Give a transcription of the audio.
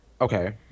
Okay